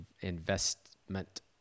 investment